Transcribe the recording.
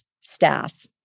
staff